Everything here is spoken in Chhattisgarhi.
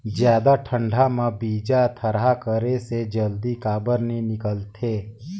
जादा ठंडा म बीजा थरहा करे से जल्दी काबर नी निकलथे?